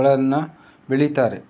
ಗಳನ್ನ ಬೆಳೀತಾರೆ